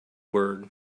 word